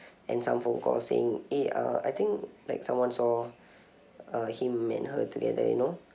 and some phone calls saying eh uh I think like someone saw uh him and her together you know